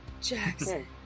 Jackson